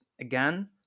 Again